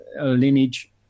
Lineage